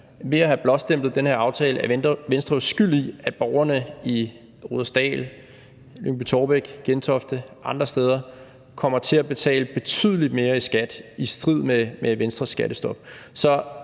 ved at have blåstemplet den her aftale er Venstre jo nu skyld i, at borgerne i Rudersdal, Lyngby-Taarbæk, Gentofte og andre steder kommer til at betale betydelig mere i skat i strid med Venstres skattestop.